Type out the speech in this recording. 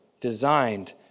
designed